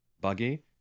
Buggy